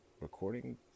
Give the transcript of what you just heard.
recording